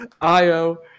Io